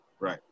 Right